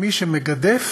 מי שמגדף,